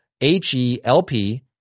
H-E-L-P